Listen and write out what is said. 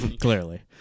Clearly